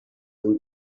and